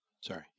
Sorry